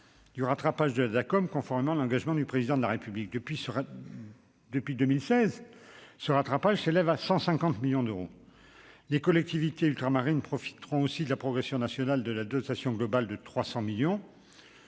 d'outre-mer (Dacom), conformément à l'engagement du Président de la République : depuis 2016, ce rattrapage s'élève à 150 millions d'euros. Les collectivités ultramarines profiteront aussi de la progression nationale de la dotation globale de fonctionnement,